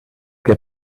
què